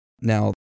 Now